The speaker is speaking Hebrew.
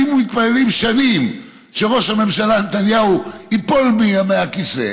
ומתפללים שנים שראש הממשלה נתניהו ייפול מהכיסא.